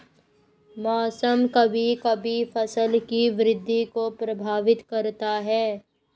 मौसम कभी कभी फसल की वृद्धि को प्रभावित करता है